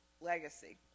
legacy